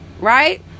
right